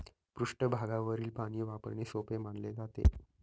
पृष्ठभागावरील पाणी वापरणे सोपे मानले जाते